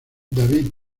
david